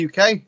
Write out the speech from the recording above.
UK